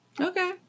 Okay